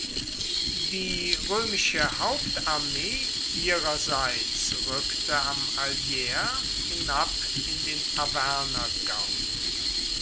die römische hauptarmee ihrerseits rückte am allier hinab in den